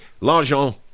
L'argent